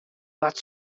wat